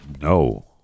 no